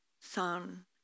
Son